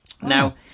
Now